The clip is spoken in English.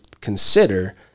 consider